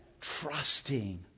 Trusting